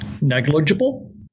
Negligible